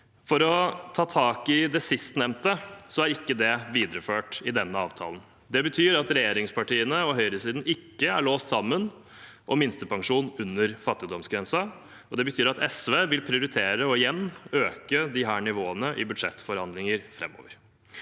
For å ta tak i det sistnevnte er ikke det videreført i denne avtalen. Det betyr at regjeringspartiene og høyresiden ikke er låst sammen om minstepensjon under fattigdomsgrensen, og det betyr at SV igjen vil prioritere å øke disse nivåene i budsjettforhandlinger framover.